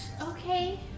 Okay